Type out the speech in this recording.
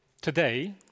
today